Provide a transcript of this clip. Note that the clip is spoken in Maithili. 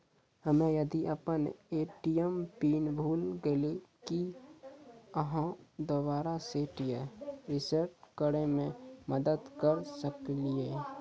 हम्मे यदि अपन ए.टी.एम पिन भूल गलियै, की आहाँ दोबारा सेट या रिसेट करैमे मदद करऽ सकलियै?